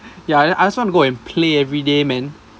ya I just want to go and play every day man